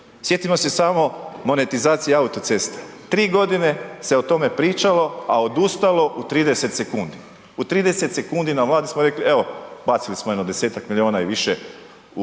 Sjetimo se samo monetizacije autocesta. 3 godine se o tome pričalo, a odustalo u 30 sekundi. U 30 sekundi na Vladi smo rekli evo, bacili smo jedno 10-tak milijuna i više, u vjetar